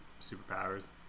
superpowers